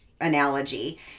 analogy